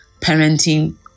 parenting